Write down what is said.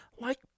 like